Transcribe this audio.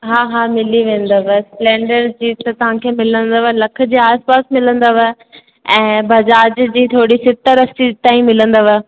हा हा मिली वेंदव स्पलैंडर जी त किफ़ायतीखे मिलंदव लख जे आसिपासि मिलंदव ऐं बजाज जी थोरी सतरि असी ताईं मिलंदव